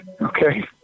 Okay